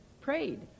prayed